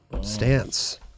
Stance